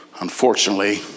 Unfortunately